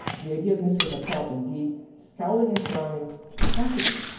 the idea of mr. vattel indeed scalding and frowning haunted me.